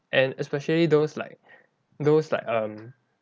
and especially those like those like um